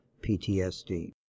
PTSD